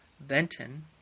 Benton